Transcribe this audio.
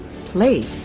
Play